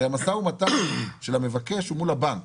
הרי המשא ומתן של המבקש הוא מול הבנק.